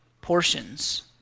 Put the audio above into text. portions